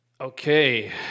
Okay